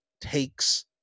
takes